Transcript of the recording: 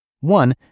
One